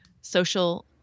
social